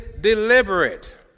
deliberate